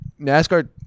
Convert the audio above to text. NASCAR